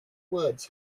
words